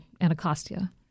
Anacostia